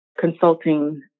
consulting